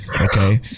Okay